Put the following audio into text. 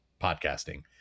podcasting